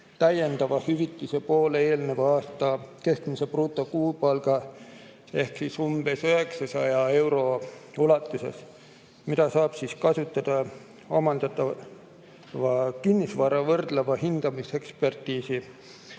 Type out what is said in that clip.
täiendava hüvitise poole eelneva aasta keskmise brutokuupalga ehk umbes 900 euro ulatuses, mida saab kasutada omandatava kinnisvara võrdleva hindamise ekspertiisi,